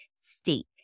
state